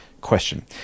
question